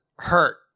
Hurt